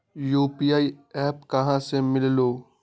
UPI app कहा से मिलेलु?